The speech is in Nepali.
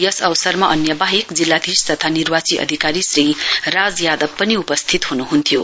यस अवसरमा अन्य बाहेक जिल्लाधीश तथा निर्वाची अधिकारी श्री राज यादव पनि उपस्थित ह्नुह्न्थ्यो